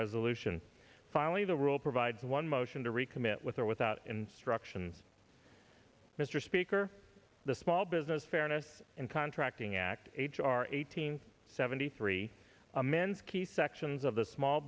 resolution finally the rule provides one motion to recommit with or without instructions mr speaker the small business fairness and contracting act h r eighteen seventy three amends key sections of the small